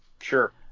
Sure